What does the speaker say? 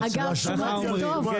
הרבה.